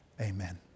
Amen